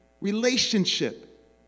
relationship